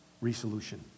Resolution